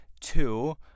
Two